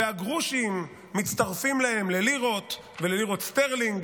והגרושים מצטרפים להם ללירות וללירות סטרלינג